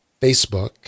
Facebook